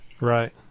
right